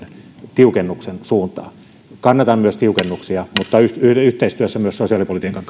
tiukennuksen suuntaa kannatan myös tiukennuksia mutta yhteistyössä sosiaalipolitiikan